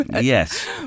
Yes